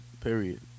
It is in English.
Period